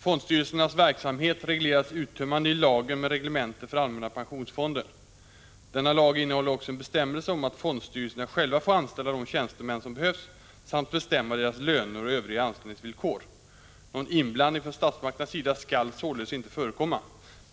Fondstyrelsernas verksamhet regleras uttömmande i lagen med reglemente för allmänna pensionsfonden. Denna lag innehåller också en bestämmelse om att fondstyrelserna själva får anställa de tjänstemän som behövs samt bestämma deras löner och övriga anställningsvillkor. Någon inblandning från statsmakternas sida skall således inte förekomma.